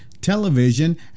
television